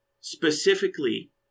specifically